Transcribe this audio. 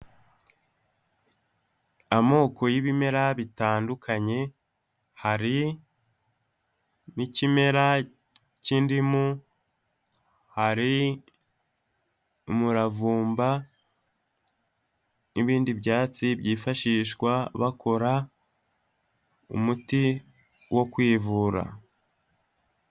Amoko y'ibimera bitandukanye hari n'ikimera cy'indimu, hari umuravumba n'ibindi byatsi byifashishwa bakora umuti wo kwivura.